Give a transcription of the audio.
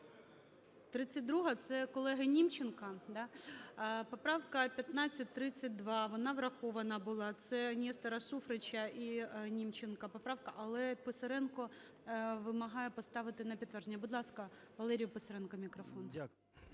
32-а – це колегиНімченка, да? Поправка 1532, вона врахована була, це Нестора Шуфрича іНімченка поправка, але Писаренко вимагає поставити на підтвердження. Будь ласка, Валерію Писаренку мікрофон.